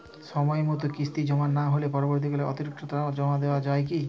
সময় মতো কিস্তি জমা না হলে পরবর্তীকালে অতিরিক্ত টাকা জমা দেওয়া য়ায় কি?